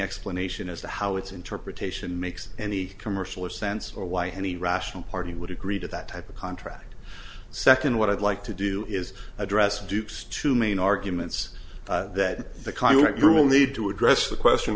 explanation as to how its interpretation makes any commercial or sense or why any rational party would agree to that type of contract second what i'd like to do is address dupes to main arguments that the current rule need to address the question